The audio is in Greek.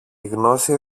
γνώση